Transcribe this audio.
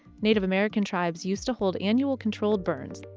native american tribes used to hold annual controlled burns,